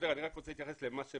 אני רק רוצה להתייחס לדברים,